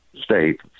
state